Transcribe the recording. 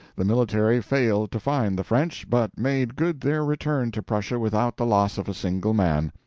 the military failed to find the french, but made good their return to prussia without the loss of a single man.